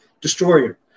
Destroyer